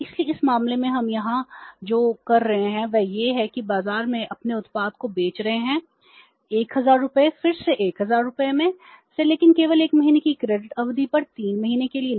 इसलिए इस मामले में हम यहां जो कर रहे हैं वह है कि वे बाजार में अपने उत्पाद को बेच रहे हैं 1000 रुपये फिर से 1000 रुपये फिर से लेकिन केवल 1 महीने की क्रेडिट अवधि पर 3 महीने के लिए नहीं